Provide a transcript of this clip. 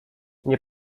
nie